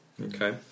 Okay